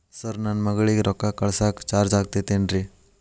Sir ನನ್ನ ಮಗಳಗಿ ರೊಕ್ಕ ಕಳಿಸಾಕ್ ಚಾರ್ಜ್ ಆಗತೈತೇನ್ರಿ?